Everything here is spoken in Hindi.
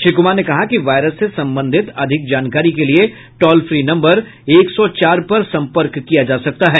श्री कुमार ने कहा कि वायरस से संबंधित अधिक जानकारी के लिए टॉल फ्री नम्बर एक सौ चार पर सम्पर्क किया जा सकता है